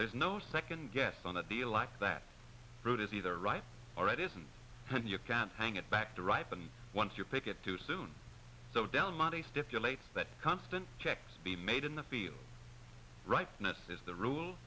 there's no second guess on a deal like that road is either right or it isn't and you can't hang it back to ripen once you pick it too soon so down monday stipulates that constant checks be made in the field rightness is the rule